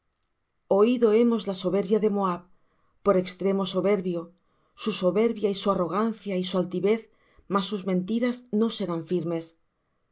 oído hemos la soberbia de moab por extremo soberbio su soberbia y su arrogancia y su altivez mas sus mentiras no serán firmes